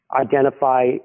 identify